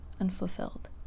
unfulfilled